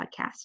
podcast